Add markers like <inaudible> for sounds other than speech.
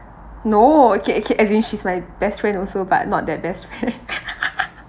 no okay okay as in she is my best friend also but not that best friend <laughs>